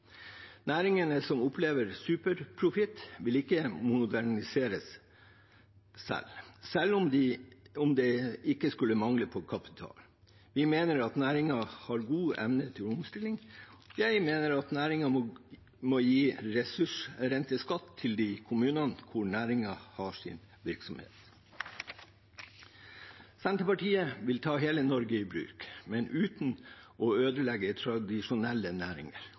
Næringene som opplever superprofitt, vil ikke modernisere seg selv, selv om det ikke skulle mangle på kapital. Vi mener at næringen har god evne til omstilling. Jeg mener at næringen må gi ressursrenteskatt til de kommunene hvor næringen har sin virksomhet. Senterpartiet vil ta hele Norge i bruk, men uten å ødelegge tradisjonelle næringer.